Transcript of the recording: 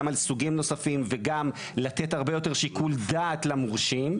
גם על סוגים נוספים וגם לתת הרבה יותר שיקול דעת למורשים,